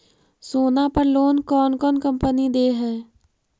सोना पर लोन कौन कौन कंपनी दे है?